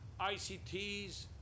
ICTs